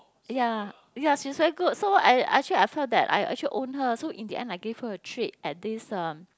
ya ya she's very good so I actually I felt that I actually own her so in the end I gave her a treat at this um